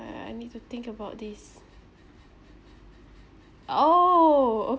I I need to think about this !ow!